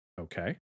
okay